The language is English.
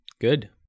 good